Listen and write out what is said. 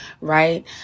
right